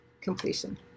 Completion